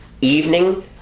evening